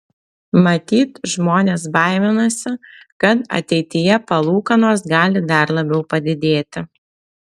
matyt žmonės baiminasi kad ateityje palūkanos gali dar labiau padidėti